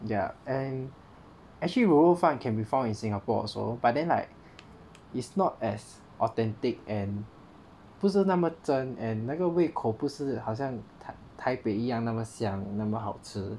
ya and actually 滷肉饭 can be found in Singapore also but then like it's not as authentic and 不是那么真 and 那个胃口可是好像 taipei 一样那么香那么好吃